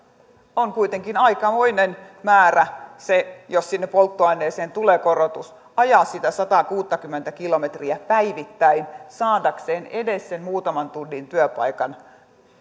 on kuitenkin aikamoinen määrä jos polttoaineeseen tulee korotus ajaa sitä sataakuuttakymmentä kilometriä päivittäin saadakseen edes sen muutaman tunnin työpaikan